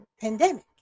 pandemic